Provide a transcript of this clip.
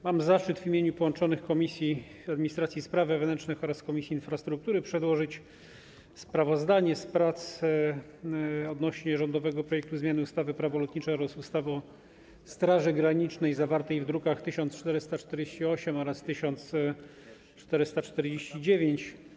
Mam zaszczyt w imieniu połączonych Komisji: Administracji i Spraw Wewnętrznych oraz Infrastruktury przedłożyć sprawozdanie z prac nad rządowym projektem ustawy o zmianie ustawy - Prawo lotnicze oraz ustawy o Straży Granicznej, druki nr 1448 oraz 1449.